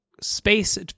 space